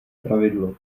pravidlo